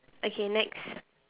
okay next